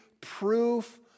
proof